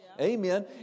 Amen